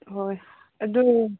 ꯍꯣꯏ ꯑꯗꯣ